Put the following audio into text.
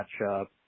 matchup